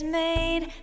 made